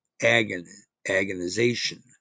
agonization